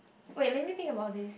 wait let me think about this